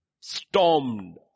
stormed